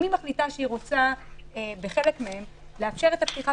אם היא מחליטה שהיא רוצה לאפשר את הפתיחה